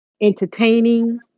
entertaining